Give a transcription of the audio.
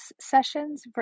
sessions